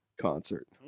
concert